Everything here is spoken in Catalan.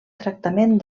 tractament